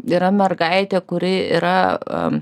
yra mergaitė kuri yra